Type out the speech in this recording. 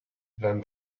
than